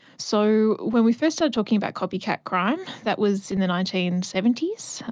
so when we first started talking about copycat crime, that was in the nineteen seventy s,